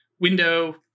window